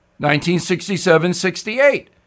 1967-68